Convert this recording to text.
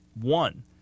one